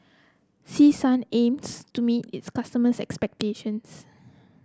Selsun aims to meet its customers' expectations